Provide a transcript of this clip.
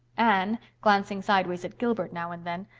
anne, glancing sideways at gilbert, now and then,